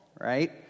Right